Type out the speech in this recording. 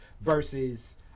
versus